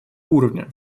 уровня